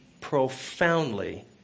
profoundly